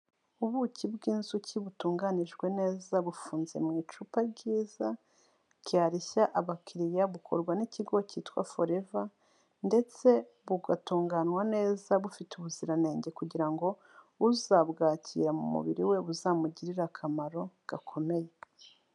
Ubuki bw'inzuki butunganijwe neza bufunze mu icupa ryiza ryareshya abakiriya, bukorwa n'ikigo cyitwa Foreva, ndetse bugatunganywa neza bufite ubuziranenge kugira ngo, uzabwakira mu mubiri we buzamugirire akamaro gakomeye.